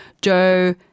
Joe